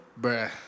Bruh